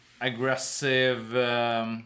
aggressive